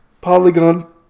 Polygon